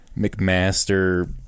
McMaster